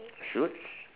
suits